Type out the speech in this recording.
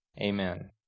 Amen